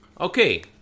Okay